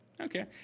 Okay